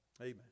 Amen